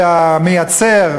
שהמייצר,